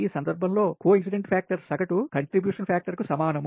ఈ సందర్భం లో కోఇన్సిడెంట్సి ఫ్యాక్టర్ సగటు కంట్రిబ్యూషన్ ఫ్యాక్టర్లకు సమానం